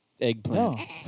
eggplant